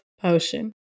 Potion